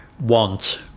want